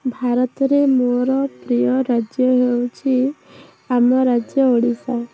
ଭାରତରେ ମୋର ପ୍ରିୟ ରାଜ୍ୟ ହେଉଛି ଆମ ରାଜ୍ୟ ଓଡ଼ିଶା